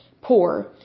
poor